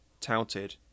touted